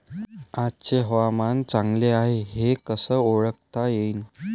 आजचे हवामान चांगले हाये हे कसे ओळखता येईन?